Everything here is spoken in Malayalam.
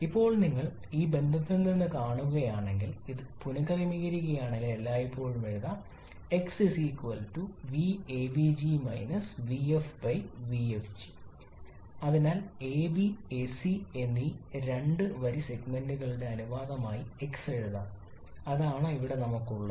ഇപ്പോൾ നിങ്ങൾ ഈ ബന്ധത്തിൽ നിന്ന് കാണുകയാണെങ്കിൽ ഇത് പുനക്രമീകരിക്കുകയാണെങ്കിൽ എല്ലായ്പ്പോഴും എഴുതാം അതിനാൽ എബി എസി എന്നീ രണ്ട് വരി സെഗ്മെന്റുകളുടെ അനുപാതമായി x എഴുതാം അതാണ് ഇവിടെ നമുക്കുള്ളത്